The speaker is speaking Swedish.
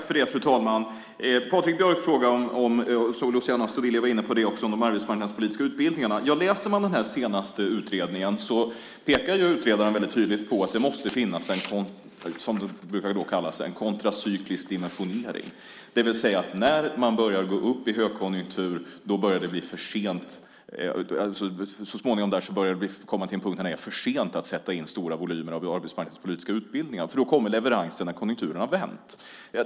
Fru talman! Patrik Björck frågade, och Luciano Astudillo var också inne på det, om de arbetsmarknadspolitiska utbildningarna. I den senaste utredningen pekar utredaren väldigt tydligt på att det måste finnas, som det heter, en kontracyklisk dimensionering, det vill säga att när man går upp i högkonjunktur börjar man så småningom komma till en punkt där det är för sent att sätta in stora volymer av arbetsmarknadspolitiska utbildningar, för då kommer konjunkturen att ha vänt.